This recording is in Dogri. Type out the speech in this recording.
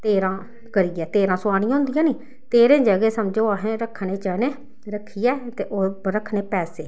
तेरां करियै तेरां सोहानियां होंदियां निं तेह्रें ज'गैं समझो असें रक्खने चने रक्खियै ते ओह् उप्पर रक्खने पैसे